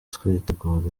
twitegura